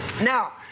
Now